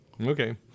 Okay